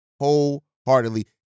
wholeheartedly